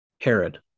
Herod